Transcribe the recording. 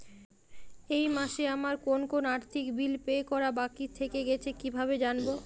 এই মাসে আমার কোন কোন আর্থিক বিল পে করা বাকী থেকে গেছে কীভাবে জানব?